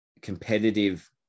competitive